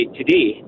today